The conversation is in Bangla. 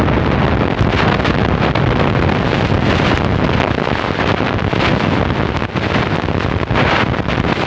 মার্কেটৈ কোন ফসলের দাম যদি খরচ মূল্য থেকে কম হয় তাহলে আমি সেটা কি বিক্রি নাকরতেও পারি?